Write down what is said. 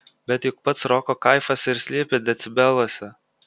bet juk pats roko kaifas ir slypi decibeluose